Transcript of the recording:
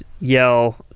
yell